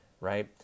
right